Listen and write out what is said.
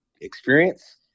experience